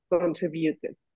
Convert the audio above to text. contributed